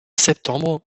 septembre